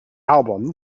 album